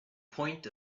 point